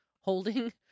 holding